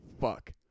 fuck